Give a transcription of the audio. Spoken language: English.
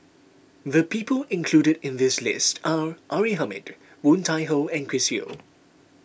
the people included in this list are R A Hamid Woon Tai Ho and Chris Yeo